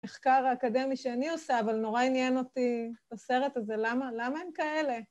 ‫המחקר האקדמי שאני עושה, ‫אבל נורא עניין אותי בסרט הזה: ‫למה הם כאלה?